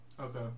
Okay